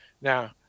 Now